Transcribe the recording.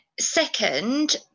second